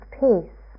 peace